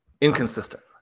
inconsistent